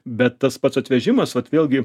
bet tas pats atvežimas vat vėlgi